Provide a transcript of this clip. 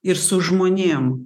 ir su žmonėm